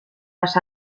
las